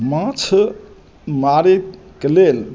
माँछ मारैकेँ लेल